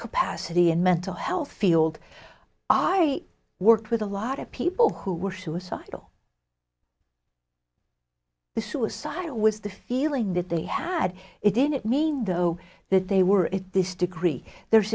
capacity in mental health field i worked with a lot of people who were suicidal the suicide was the feeling that they had it didn't mean though that they were in this degree there's